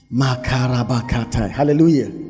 Hallelujah